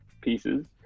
pieces